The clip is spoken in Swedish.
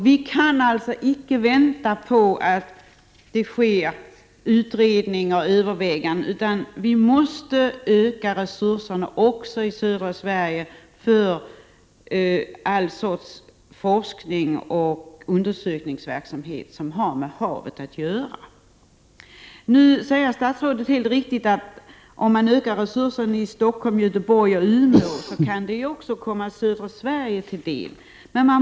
Vi kan alltså inte vänta på att det görs utredningar och övervägningar, utan resurserna måste ökas också i södra Sverige för all sorts forskning och undersökningsverksamhet som har med havet att göra. Nu säger statsrådet helt riktigt att om man ökar resurserna i Stockholm, Göteborg och Umeå kan det också komma södra Sverige till del.